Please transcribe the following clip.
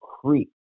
creek